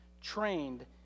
trained